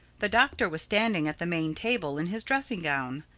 the doctor was standing at the main table in his dressing-gown.